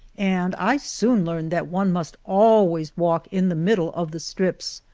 and i soon learned that one must always walk in the middle of the strips,